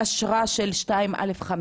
אשרה של 2א5,